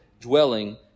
dwelling